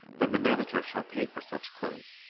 then the manager shall pay for such clothes,